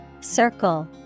Circle